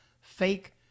Fake